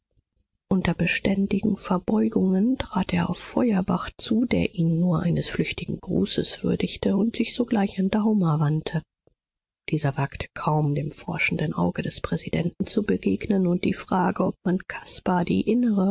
unter beständigen verbeugungen trat er auf feuerbach zu der ihn nur eines flüchtigen grußes würdigte und sich sogleich an daumer wandte dieser wagte kaum dem forschenden auge des präsidenten zu begegnen und die frage ob man caspar die innere